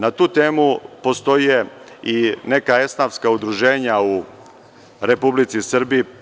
Na tu temu postoje i neka esnafska udruženja u Republici Srbiji.